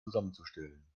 zusammenzustellen